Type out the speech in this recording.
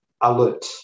alert